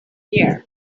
year